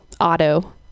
auto